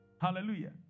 hallelujah